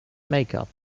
makeup